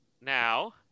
now